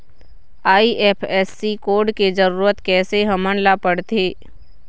IFSC code के जरूरत कैसे हमन ला पड़थे?